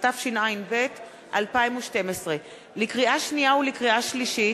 התשע"ב 2012. לקריאה שנייה ולקריאה שלישית: